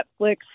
Netflix